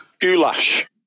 Goulash